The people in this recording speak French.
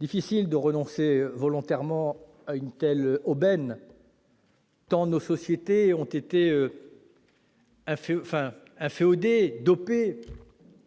Difficile de renoncer volontairement à une telle aubaine, tant nos sociétés ont été inféodées,